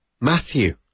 Matthew